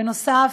בנוסף,